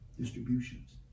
distributions